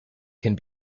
can